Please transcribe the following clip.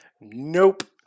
Nope